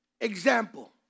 Example